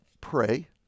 pray